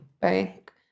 bank